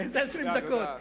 איזה 20 דקות?